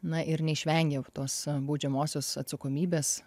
na ir neišvengia jau tos baudžiamosios atsakomybės